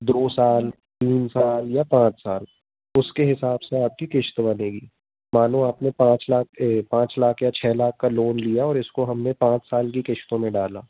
दो साल तीन साल या पाँच साल उसके हिसाब से आपकी किस्त बनेगी मानो आपने पाँच लाख ए पाँच लाख या छः लाख का लोन लिया और इसको हमने पाँच साल की किस्तों में डाला